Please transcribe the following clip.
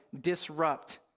disrupt